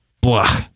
blah